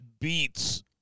beats